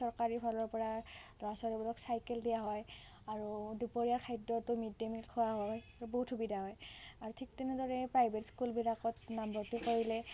চৰকাৰী ফালৰ পৰা ল'ৰা ছোৱালীবোৰক চাইকেল দিয়া হয় আৰু দুপৰীয়া খাদ্যতো মিড ডে' মিল খুওৱা হয় বহুত সুবিধা হয় আৰু ঠিক তেনেদৰে প্ৰাইভেট স্কুলবিলাকত নামভৰ্তি কৰিলে